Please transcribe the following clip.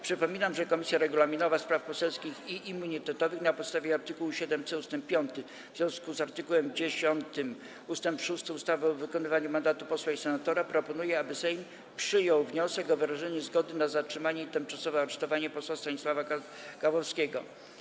Przypominam, że Komisja Regulaminowa, Spraw Poselskich i Immunitetowych na podstawie art. 7c ust. 5 w związku z art. 10 ust. 6 ustawy o wykonywaniu mandatu posła i senatora proponuje, aby Sejm przyjął wniosek o wyrażenie zgody na zatrzymanie i tymczasowe aresztowanie posła Stanisława Gawłowskiego.